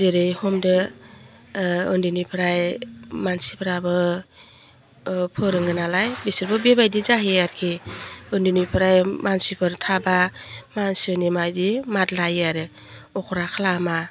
जेरै हमदो ओन्दैनिफ्राय मानसिफ्राबो फोरोङो नालाय बिसोदबो बेबायदि जाहैयो आरखि ओन्दैनिफ्राय मानसिफोर थाबा मानसिनि मायदि माद लायो आरो अख्रा खालामा